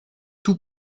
tout